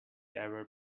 ever